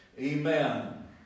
Amen